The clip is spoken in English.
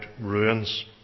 ruins